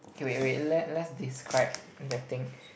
okay wait wait let let's describe the thing